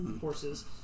horses